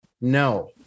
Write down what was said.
No